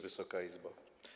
Wysoka Izbo!